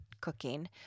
cooking